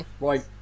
Right